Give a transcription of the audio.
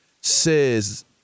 says